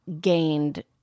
gained